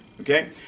Okay